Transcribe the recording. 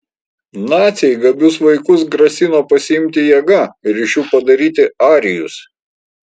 naciai gabius vaikus grasino pasiimti jėga ir iš jų padaryti arijus